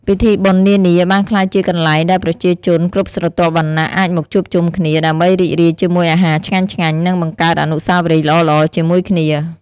ពិធីបុណ្យនានាបានក្លាយជាកន្លែងដែលប្រជាជនគ្រប់ស្រទាប់វណ្ណៈអាចមកជួបជុំគ្នា ដើម្បីរីករាយជាមួយអាហារឆ្ងាញ់ៗ និងបង្កើតអនុស្សាវរីយ៍ល្អៗជាមួយគ្នា។